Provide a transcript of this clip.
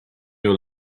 your